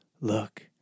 look